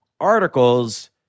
articles